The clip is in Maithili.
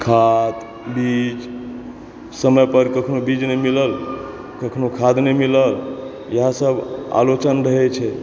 खाद बीज समय पर कखनो बीज नहि मिलल कखनो खाद नहि मिलल इएह सब आलोचन रहै छै